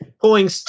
pulling